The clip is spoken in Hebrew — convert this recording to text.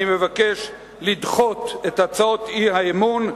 אני מבקש לדחות את הצעות האי-אמון.